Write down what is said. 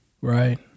right